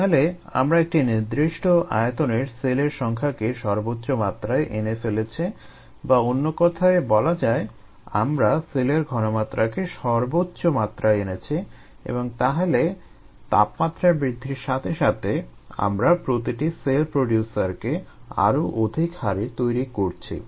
তাহলে আমরা একটি নির্দিষ্ট আয়তনের সেলের সংখ্যাকে সর্বোচ্চ মাত্রায় এনে ফেলেছি বা অন্য কথায় বলা যায় আমরা সেলের ঘনমাত্রাকে সর্বোচ্চ মাত্রায় এনেছি এবং তাহলে তাপমাত্রা বৃদ্ধির সাথে সাথে আমরা প্রতিটি সেল প্রোডিউসারকে আরো অধিক হারে তৈরি করছি